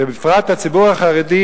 ובפרט הציבור החרדי,